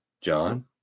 John